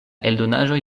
eldonaĵoj